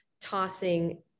tossing